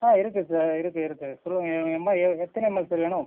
ஆ இருக்குது சார் இருக்குது இருக்குது சொல்லுங்கள் எம்ம எத்தனை எம் எல் சார் வேணும்